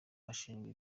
ashinjwa